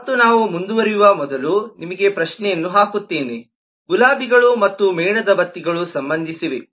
ಮತ್ತು ನಾವು ಮುಂದುವರಿಯುವ ಮೊದಲು ನಿಮಗೆ ಪ್ರಶ್ನೆಯನ್ನು ಹಾಕುತ್ತೇನೆ ಗುಲಾಬಿಗಳು ಮತ್ತು ಮೇಣದ ಬತ್ತಿಗಳು ಸಂಬಂಧಿಸಿವೆ